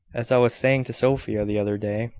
as i was saying to sophia, the other day,